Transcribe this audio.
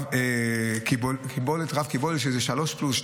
רב-קיבולת שזה 3 פלוס,